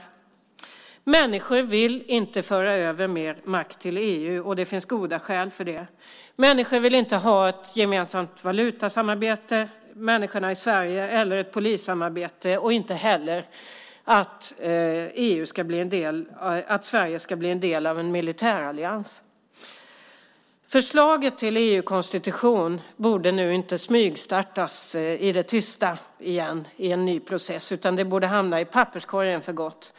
Människor vill inte föra över mer makt till EU, och det finns goda skäl för det. Människorna i Sverige vill inte ha ett gemensamt valutasamarbete eller ett polissamarbete och inte heller att Sverige ska bli en del av en militärallians. Förslaget till EU-konstitution borde nu inte smygstartas i det tysta igen i en ny process, utan det borde hamna i papperskorgen för gott.